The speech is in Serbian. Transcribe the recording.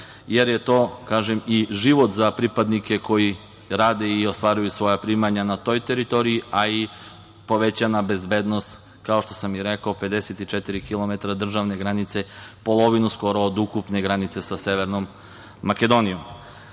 jer je to život za pripadnike koji rade i ostvaruju svoja primanja na toj teritoriji, a i povećana bezbednost, kao što sam i rekao, 54 kilometra državne granice, polovina od ukupne granice sa Severnom Makedonijom. Takođe,